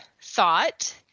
thought